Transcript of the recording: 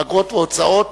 אגרות והוצאות